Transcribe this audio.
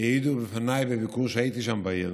העידו בפניי בביקור שלי שם בעיר